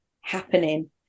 happening